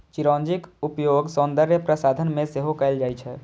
चिरौंजीक उपयोग सौंदर्य प्रसाधन मे सेहो कैल जाइ छै